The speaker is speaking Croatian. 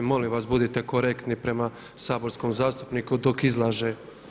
Molim vas budite korektni prema saborskom zastupniku dok izlaže.